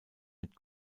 mit